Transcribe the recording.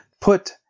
Put